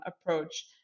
approach